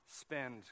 spend